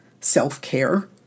self-care